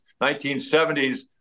1970s